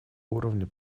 уровня